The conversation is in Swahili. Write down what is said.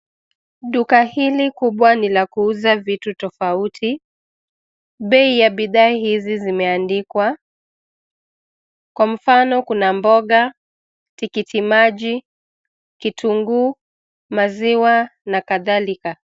Duka hili kubwa ni la kuuza vitu tofauti. Bei ya bidhaa hizi zimeandikwa ,kwa mfano, kuna mboga, tikiti maji, vitunguu, maziwa na kadhalika.